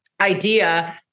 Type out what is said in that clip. idea